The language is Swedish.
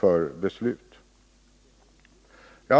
för beslut.